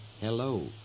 hello